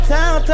Town